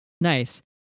Nice